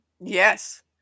Yes